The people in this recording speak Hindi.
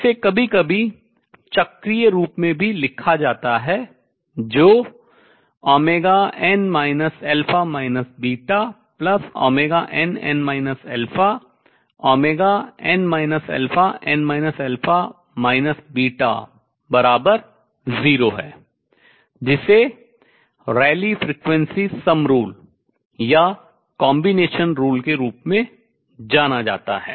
इसे कभी कभी चक्रीय रूप में भी लिखा जाता है जो n nn n n 0 है जिसे Rally frequency sum rule Rayleigh आवृत्ति योग नियम या combination rule संयोजन नियम के रूप में जाना जाता है